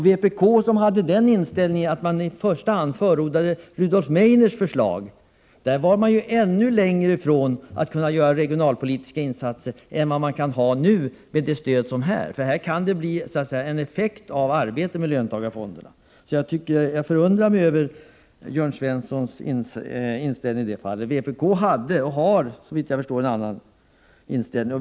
Vpk förordade i första hand Rudolf Meidners förslag, enligt vilket det skulle ha varit ännu svårare att göra regionalpolitiska insatser än med den utformning löntagarfonderna har i dag. Jag förundrar mig över Jörn Svenssons inställning i detta fall — vpk hade och har, såvitt jag förstår, en annan inställning.